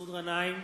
מסעוד גנאים,